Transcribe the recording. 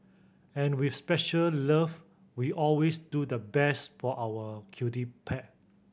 and with special love we always do the best for our cutie pet